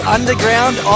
Underground